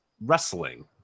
wrestling